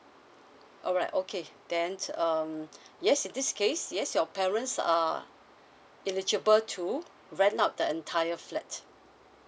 alright okay then um yes in this case yes your parents are eligible to rent out the entire flat